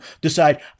decide